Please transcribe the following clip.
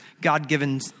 God-given